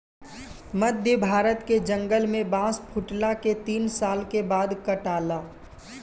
मध्य भारत के जंगल में बांस फुटला के तीन साल के बाद काटाला